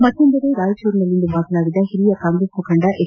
ಮತ್ತೊಂದೆಡೆ ರಾಯಚೂರಿನಲ್ಲಿಂದು ಮಾತನಾಡಿದ ಹಿರಿಯ ಕಾಂಗ್ರೆಸ್ ಮುಖಂಡ ಎಚ್